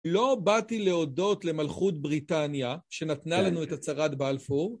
לא באתי להודות למלכות בריטניה, שנתנה לנו את הצהרת באלפור.